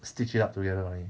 stitch it up together only